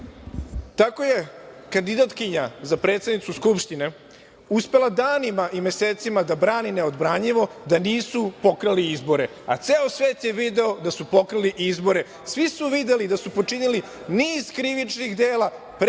Tako je kandidatkinja za predsednicu Skupštine uspela danima i mesecima da brani neodbranjivo da nisu pokrali izbore, a ceo svet je video da su pokrali izbore, svi su videli da su počinili niz krivičnih dela pre i